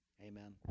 Amen